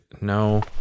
no